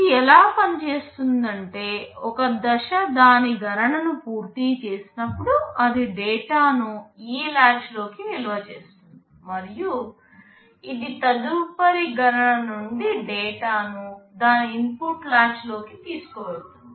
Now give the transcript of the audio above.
ఇది ఎలా పనిచేస్తుందంటే ఒక దశ దాని గణనను పూర్తి చేసినప్పుడు అది డేటాను ఈ లాచ్ లోకి నిల్వ చేస్తుంది మరియు ఇది తదుపరి గణన నుండి డేటాను దాని ఇన్పుట్ లాచ్ లోకి తీసుకువెళుతుంది